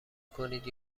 کنید